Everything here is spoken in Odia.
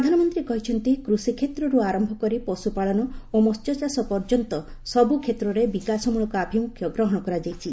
ପ୍ରଧାନମନ୍ତ୍ରୀ କହିଛନ୍ତି କୃଷିକ୍ଷେତ୍ରରୁ ଆରନ୍ଭ କରି ପଶୁପାଳନ ଏବଂ ମସ୍ୟଚାଷ ପର୍ଯ୍ୟନ୍ତ ସବୁ କ୍ଷେତ୍ରରେ ବିକାଶମ୍ଭଳକ ଆଭିମୁଖ୍ୟ ଗ୍ରହଣ କରାଯାଇଛି